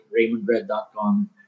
Raymondbread.com